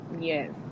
Yes